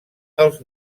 els